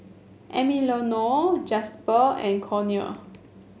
Emiliano Jasper and Conor